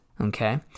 okay